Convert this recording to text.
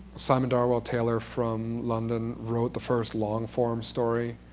simon darwell-taylor from london wrote the first long-form story,